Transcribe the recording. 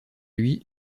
lui